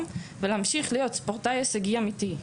ולהמשיך להיות ספורטאי הישגי אמיתי.